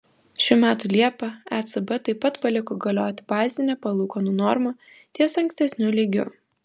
šių metų liepą ecb taip pat paliko galioti bazinę palūkanų normą ties ankstesniu lygiu